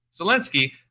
Zelensky